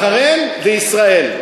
בחריין וישראל.